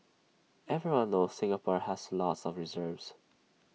everyone knows Singapore has lots of reserves